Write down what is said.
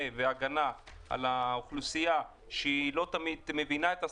והגנה על האוכלוסייה שלא תמיד מבינה את השפה,